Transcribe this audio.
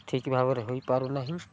ଠିକ୍ ଭାବରେ ହୋଇପାରୁନାହିଁ